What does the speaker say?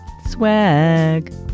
Swag